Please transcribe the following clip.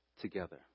together